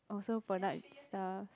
also product stuff